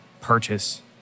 purchase